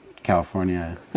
California